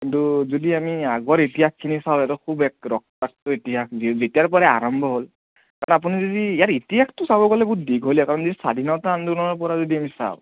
কিন্তু যদি আমি আগৰ ইতিহাসখিনি চাওঁ সিহঁতৰ খুব এক ৰক্তাক্ত ইতিহাস যেতিয়াৰ পৰাই আৰম্ভ হ'ল কাৰণ আপুনি যদি এতিয়াৰ ইতিহাসটো চাব গ'লে বহুত দীঘলীয়া কাৰণ যদি স্বাধীনতা আন্দোলনৰ পৰা যদি আমি চাওঁ